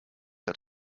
hat